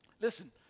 Listen